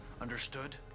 Understood